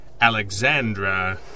Alexandra